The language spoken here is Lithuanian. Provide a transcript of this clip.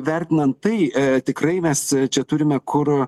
vertinant tai tikrai mes čia turime kur